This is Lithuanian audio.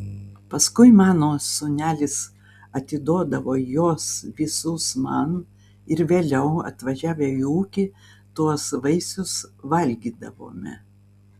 paskui mano sūnelis atiduodavo juos visus man ir vėliau atvažiavę į ūkį tuos vaisius valgydavome